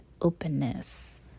openness